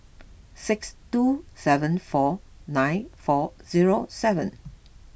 six two seven four nine four zero seven